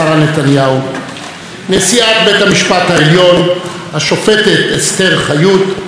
נשיאת בית המשפט העליון השופטת אסתר חיות ודוד חיות,